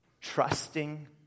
Trusting